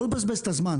לא נבזבז את הזמן,